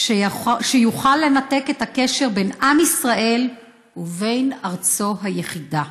שיוכל לנתק את הקשר בין עם ישראל ובין ארצו היחידה.